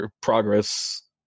progress